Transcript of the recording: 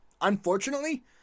unfortunately